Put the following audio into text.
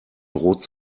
droht